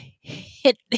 hit